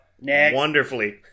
wonderfully